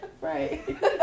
Right